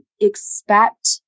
expect